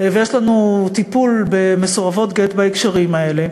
ויש לנו טיפול במסורבות גט בהקשרים האלה.